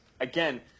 again